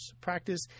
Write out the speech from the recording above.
practice